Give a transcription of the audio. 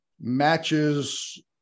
matches